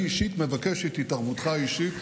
אני אישית מבקש את התערבותך האישית